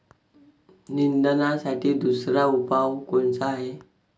निंदनासाठी दुसरा उपाव कोनचा हाये?